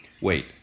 Wait